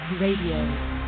Radio